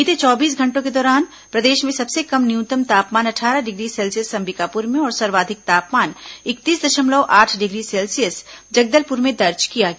बीते चौबीस घंटों के दौरान प्रदेश में सबसे कम न्यूनतम तापमान अटठारह डिग्री सेल्सियस अंबिकाप्र में और सर्वाधिक तापमान इकतीस दशमलव आठ डिग्री सेल्सियस जगदलप्र में दर्ज किया गया